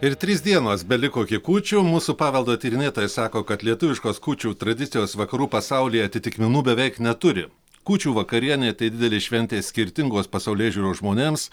ir trys dienos beliko iki kūčių mūsų paveldo tyrinėtojai sako kad lietuviškos kūčių tradicijos vakarų pasaulyje atitikmenų beveik neturi kūčių vakarienė tai didelė šventė skirtingos pasaulėžiūros žmonėms